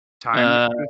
Time